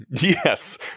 Yes